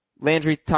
Landry